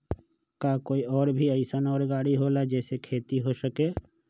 का कोई और भी अइसन और गाड़ी होला जे से खेती हो सके?